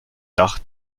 dach